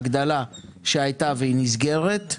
ההגדלה שהייתה והיא נסגרת,